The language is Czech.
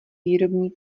výrobní